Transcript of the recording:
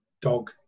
dog